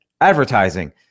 advertising